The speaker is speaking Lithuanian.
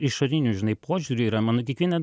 išoriniu žinai požiūriu yra mano kiekviena